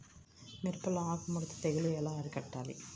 మిరపలో ఆకు ముడత తెగులు ఎలా అరికట్టాలి?